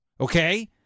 okay